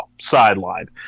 sidelined